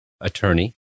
attorney